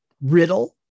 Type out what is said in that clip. riddle